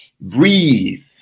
breathe